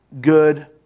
good